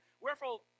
Wherefore